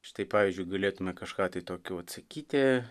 štai pavyzdžiui galėtume kažką tai tokio vat sakyti